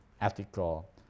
ethical